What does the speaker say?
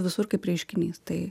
visur kaip reiškinys tai